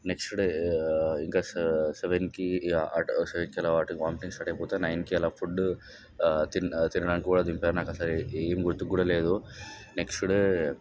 next day ఇంకా seven సెవెన్కి eight కి అటు వామితింగ్స్ స్టార్ట్ అయిపోతే నైన్కి అలా ఫుడ్ తినడానికి కూడా దింపారు నాకు అసలు ఏం గుర్తు కూడా లేదు నెక్స్ట్ డే